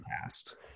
past